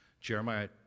Jeremiah